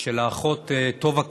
של האחות טובה קררו,